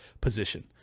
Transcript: position